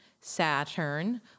Saturn